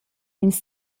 ins